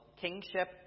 kingship